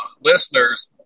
listeners